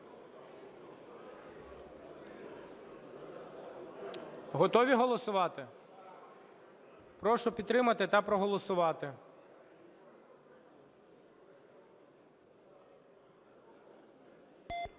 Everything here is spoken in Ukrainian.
Готові голосувати? Прошу підтримати та проголосувати.